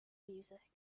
music